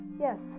Yes